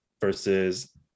versus